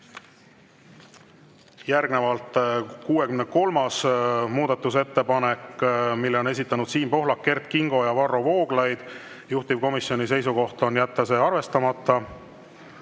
Järgnevalt 63. muudatusettepanek, mille on esitanud Siim Pohlak, Kert Kingo ja Varro Vooglaid. Juhtivkomisjoni seisukoht on jätta see arvestamata.